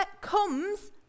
comes